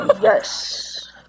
Yes